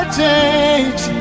change